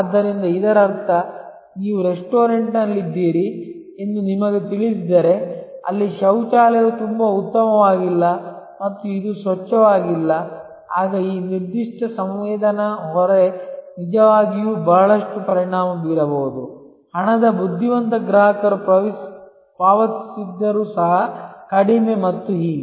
ಆದ್ದರಿಂದ ಇದರರ್ಥ ನೀವು ರೆಸ್ಟೋರೆಂಟ್ನಲ್ಲಿದ್ದೀರಿ ಎಂದು ನಿಮಗೆ ತಿಳಿದಿದ್ದರೆ ಅಲ್ಲಿ ಶೌಚಾಲಯವು ತುಂಬಾ ಉತ್ತಮವಾಗಿಲ್ಲ ಮತ್ತು ಇದು ಸ್ವಚ್ಛವಾಗಿಲ್ಲ ಆಗ ಈ ನಿರ್ದಿಷ್ಟ ಸಂವೇದನಾ ಹೊರೆ ನಿಜವಾಗಿಯೂ ಬಹಳಷ್ಟು ಪರಿಣಾಮ ಬೀರಬಹುದು ಹಣದ ಬುದ್ಧಿವಂತ ಗ್ರಾಹಕರು ಪಾವತಿಸುತ್ತಿದ್ದರೂ ಸಹ ಕಡಿಮೆ ಮತ್ತು ಹೀಗೆ